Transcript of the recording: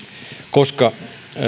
koska